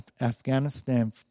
Afghanistan